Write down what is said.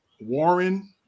Warren